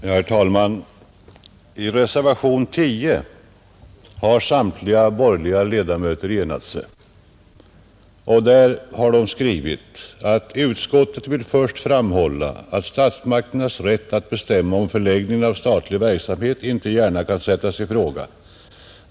Herr talman! I reservationen 10 har samtliga borgerliga ledamöter enat sig. De skriver där: ”Utskottet vill först framhålla att statsmakternas rätt att bestämma om förläggningen av statlig verksamhet inte gärna kan sättas i fråga.